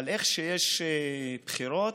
אבל איך שיש בחירות,